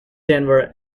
denver